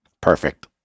Perfect